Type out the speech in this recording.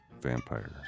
vampire